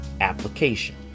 application